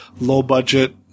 low-budget